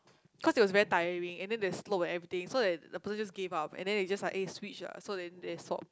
cause it was very tiring and then there's slope and everything so that the person just give up and then they just like eh switch ah then they swop